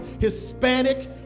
Hispanic